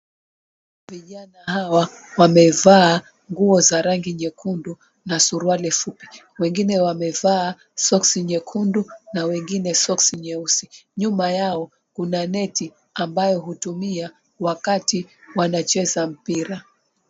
Vijana hawa wamevaa nguo za rangi nyekundu na suruali fupi. Wengine wamevaa soksi nyekundu na wengine soksi nyeusi. Nyuma yao kuna neti ambayo hutumika wakati wanacheza mpira.